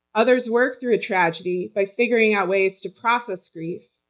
others work through a tragedy by figuring out ways to process grief,